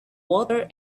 water